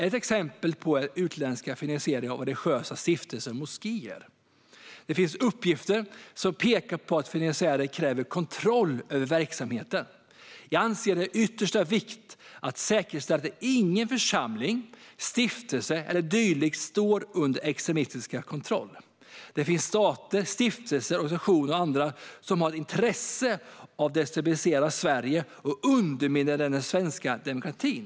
Ett exempel är utländsk finansiering av religiösa stiftelser och moskéer. Det finns uppgifter som pekar på att finansiärer kräver kontroll över verksamheten. Jag anser att det är av yttersta vikt att säkerställa att ingen församling, stiftelse eller dylikt står under extremistisk kontroll. Det finns stater, stiftelser, organisationer och andra som har intresse av att destabilisera Sverige och underminera den svenska demokratin.